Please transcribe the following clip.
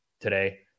today